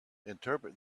interpret